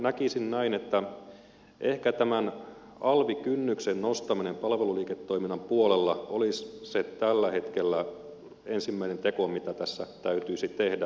näkisin näin että ehkä tämän alvikynnyksen nostaminen palveluliiketoiminnan puolella olisi tällä hetkellä se ensimmäinen teko mitä tässä täytyisi tehdä